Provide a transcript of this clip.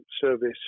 service